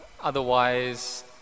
Otherwise